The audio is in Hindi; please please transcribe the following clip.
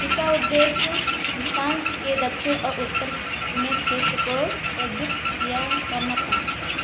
इसका उद्येश्य फ्रांस के दक्षिण और उत्तर में क्षेत्र को एकजुट किया करना था